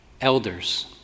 elders